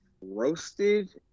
roasted